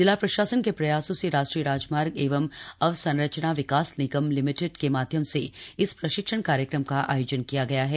जिला प्रशासन के प्रयासों से राष्ट्रीय राजमार्ग एवं अवसंरचना विकास निगम लिमिटेड के माध्यम से इस प्रशिक्षण कार्यक्रम का आयोजन किया गया है